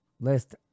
list